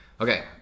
Okay